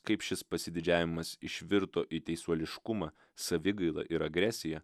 kaip šis pasididžiavimas išvirto į teisuoliškumą savigaila ir agresija